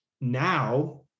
Now